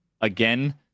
Again